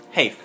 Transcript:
Hey